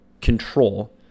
control